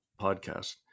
podcast